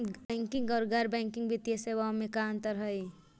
Banking और गैर banking वित्तीय सेवाओं में का अंतर हइ?